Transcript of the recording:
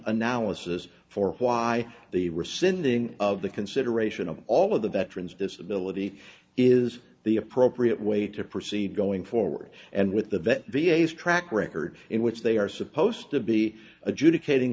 analysis for why the rescinding of the consideration of all of the veterans disability is the appropriate way to proceed going forward and with the vet v a s track record in which they are supposed to be adjudicating